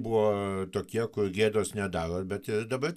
buvo tokie kol gėdos nedaro bet ir dabar